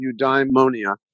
eudaimonia